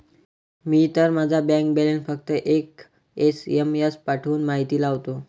मी तर माझा bank balance फक्त एक एस.एम.एस पाठवून माहिती लावतो